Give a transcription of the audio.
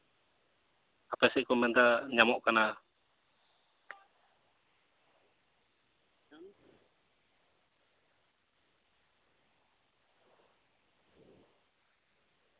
ᱟᱯᱮ ᱥᱮᱫ ᱠᱚ ᱢᱮᱱᱫᱟ ᱧᱟᱢᱚᱜ ᱠᱟᱱᱟ